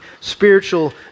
spiritual